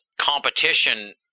competition